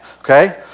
okay